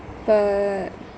but